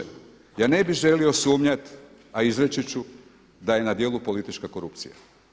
Ja ne bi želio sumnjati a izreći ću da je na djelu politička korupcija.